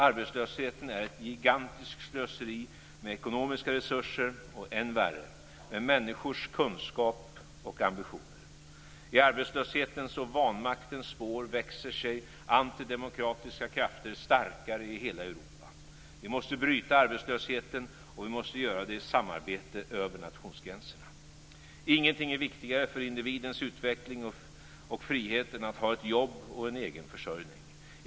Arbetslösheten är ett gigantiskt slöseri med ekonomiska resurser och, än värre, med människors kunskap och ambitioner. I arbetslöshetens och vanmaktens spår växer sig antidemokratiska krafter starkare i hela Europa. Vi måste bryta arbetslösheten och vi måste göra det i samarbete över nationsgränserna. Ingenting är viktigare för individens utveckling och frihet än att ha ett jobb och en egen försörjning.